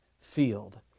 field